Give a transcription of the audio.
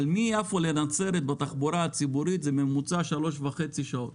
בתחבורה הציבורית מיפו לנצרת לוקח בממוצע 3:30 שעות